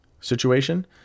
situation